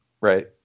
right